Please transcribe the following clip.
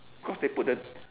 cause they put the